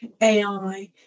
AI